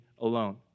alone